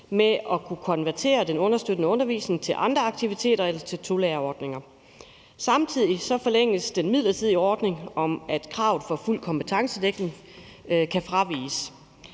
med at kunne konvertere den understøttende undervisning til andre aktiviteter eller til tolærerordninger. Samtidig forlænges den midlertidige ordning om, at kravet for fuld kompetencedækning kan fraviges.